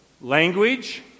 Language